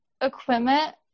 equipment